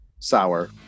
sour